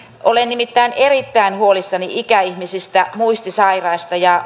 olen nimittäin erittäin huolissani ikäihmisistä muistisairaista ja